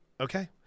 okay